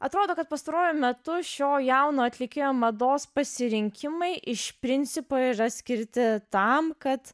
atrodo kad pastaruoju metu šio jauno atlikėjo mados pasirinkimai iš principo yra skirti tam kad